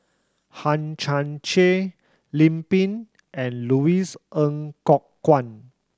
Hang Chang Chieh Lim Pin and Louis Ng Kok Kwang